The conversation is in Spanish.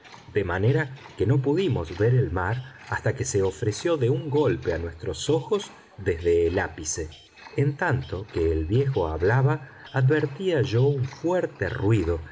de manera que no pudimos ver el mar hasta que se ofreció de un golpe a nuestros ojos desde el ápice en tanto que el viejo hablaba advertía yo un fuerte ruido